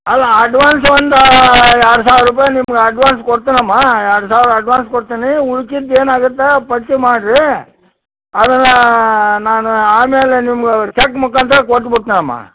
ಅಲ್ಲ ಅಡ್ವಾನ್ಸ್ ಒಂದು ಎರಡು ಸಾವಿರ ರೂಪಾಯಿ ನಿಮ್ಗೆ ಅಡ್ವಾನ್ಸ್ ಕೊಡ್ತೀನಮ್ಮ ಎರಡು ಸಾವಿರ ಅಡ್ವಾನ್ಸ್ ಕೊಡ್ತೀನಿ ಉಳ್ದಿದ್ ಏನು ಆಗತ್ತೆ ಪಟ್ಟಿ ಮಾಡಿರಿ ಅದ್ನ ನಾನು ಆಮೇಲೆ ನಿಮ್ಗೆ ಚಕ್ ಮುಖಾಂತರ ಕೊಟ್ಬಿಡ್ತಿನ್ ಅಮ್ಮ